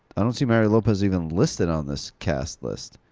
i don't see mario lopez even listed on this cast list.